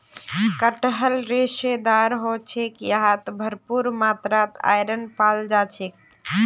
कटहल रेशेदार ह छेक यहात भरपूर मात्रात आयरन पाल जा छेक